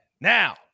Now